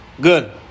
Good